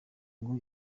ngo